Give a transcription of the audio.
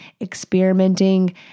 experimenting